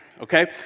okay